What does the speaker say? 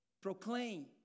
proclaim